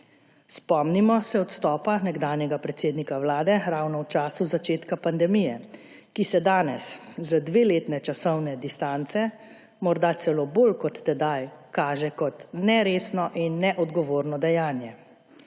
Spomnimo se odstopa nekdanjega predsednika vlade ravno v času začetka pandemije, ki se danes z dveletne časovne distance morda celo bolj kot tedaj kaže kot neresno in neodgovorno dejanje.